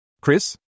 Chris